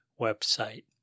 website